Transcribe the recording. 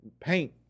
paint